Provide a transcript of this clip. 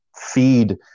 feed